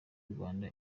rwanda